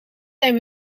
zijn